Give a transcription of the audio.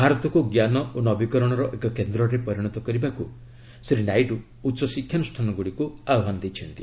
ଭାରତକୁ ଜ୍ଞାନ ଓ ନବିକରଣର ଏକ କେନ୍ଦ୍ରରେ ପରିଣତ କରିବାକୁ ଶ୍ରୀ ନାଇଡୁ ଉଚ୍ଚ ଶିକ୍ଷାନୁଷ୍ଠାନ ଗୁଡ଼ିକୁ ଆହ୍ୱାନ ଦେଇଛନ୍ତି